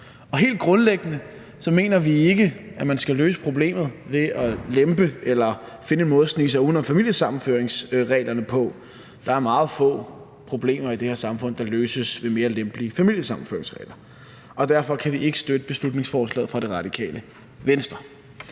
Helt grundlæggende mener vi ikke, at man skal løse problemet ved at lempe eller finde en måde at snige sig uden om familiesammenføringsreglerne på. Der er meget få problemer i det her samfund, der løses ved mere lempelige familiesammenføringsregler, og derfor kan vi ikke støtte beslutningsforslaget fra Det Radikale Venstre.